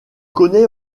connaît